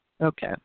Okay